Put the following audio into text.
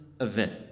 event